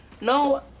No